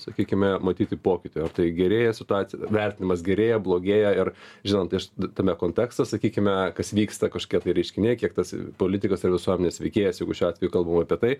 sakykime matyti pokytį o tai gerėja situacija vertinimas gerėja blogėja ir žinant iš tame kontekste sakykime kas vyksta kažkokie tai reiškiniai kiek tas politikas ir visuomenės veikėjas jeigu šiuo atveju kalbam apie tai